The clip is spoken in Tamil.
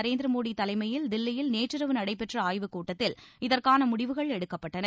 நரேந்திர மோடி தலைஎமயில் தில்லியில் நேற்றிரவு நடைபெற்ற ஆய்வுக் கூட்டத்தில் இதற்கான முடிவுகள் எடுக்கப்பட்டன